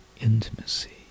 Intimacy